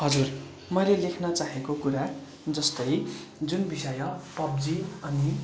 हजुर मैले लेख्न चाहेको कुरा जस्तै जुन विषय पब्जी अनि